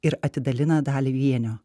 ir atidalina dalį vienio